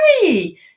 hey